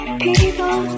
people